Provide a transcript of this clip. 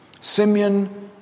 Simeon